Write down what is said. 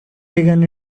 began